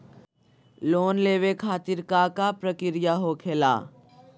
Loan लेवे खातिर का का प्रक्रिया होखेला?